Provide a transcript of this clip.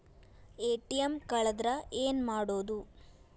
ATM ಕಳದ್ರ ಏನು ಮಾಡೋದು?